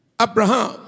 Abraham